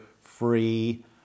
free